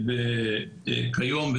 מחלה של נשים וגברים,